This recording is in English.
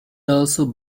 also